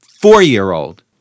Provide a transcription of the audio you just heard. four-year-old